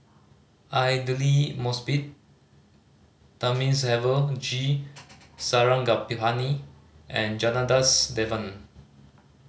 Aidli Mosbit Thamizhavel G Sarangapani and Janadas Devan